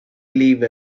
believe